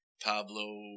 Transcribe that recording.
Pablo